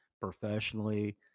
professionally